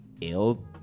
ill